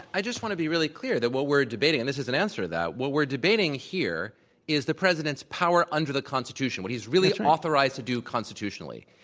i just want to be really clear that what we're debating and this is an answer to that. what we're debating here is the president's power under the constitution, what he's really authorized to do constitutionally.